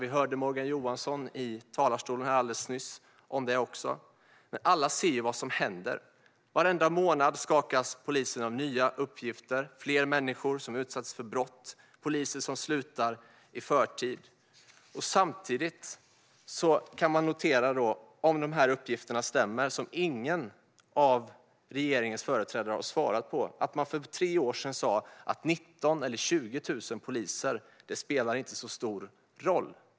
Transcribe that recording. Vi hörde Morgan Johansson tala om det i talarstolen alldeles nyss också. Men alla ser vad som händer. Varenda månad skakas polisen av nya uppgifter. Det är fler människor som utsätts för brott. Det är poliser som slutar i förtid. Om dessa uppgifter stämmer - ingen av regeringens företrädare har svarat på detta - kan vi notera att man för tre år sedan sa: 19 000 eller 20 000 poliser spelar inte så stor roll.